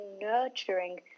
nurturing